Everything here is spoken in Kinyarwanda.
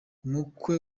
umukwe